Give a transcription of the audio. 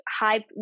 hype